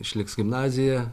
išliks gimnazija